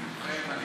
מתחייב אני